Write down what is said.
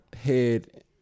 head